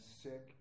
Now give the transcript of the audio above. sick